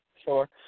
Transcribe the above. Sure